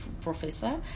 professor